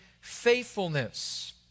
faithfulness